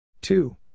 Two